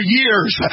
years